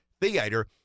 theater